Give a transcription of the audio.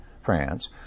France